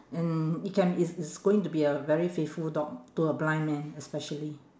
and it can it's it's going to be a very faithful dog to a blind man especially